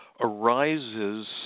arises